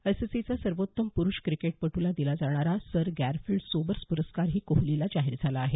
आयसीसीचा सर्वोत्तम प्रुष क्रिकेटपटूला दिला जाणारा सर गॅरफिल्ड सोबर्स प्रस्कार ही कोहलीला जाहीर झाला आहे